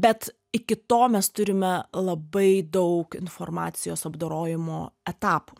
bet iki to mes turime labai daug informacijos apdorojimo etapų